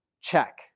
check